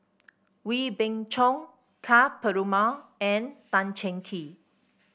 Wee Beng Chong Ka Perumal and Tan Cheng Kee